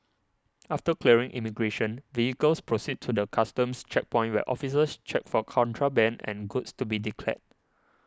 after clearing immigration vehicles proceed to the Customs checkpoint where officers check for contraband and goods to be declared